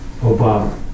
Obama